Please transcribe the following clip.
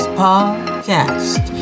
podcast